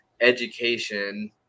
Education